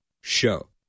show